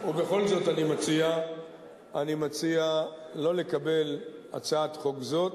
ובכל זאת, אני מציע שלא לקבל הצעת חוק זאת.